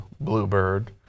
bluebird